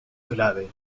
clave